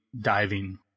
diving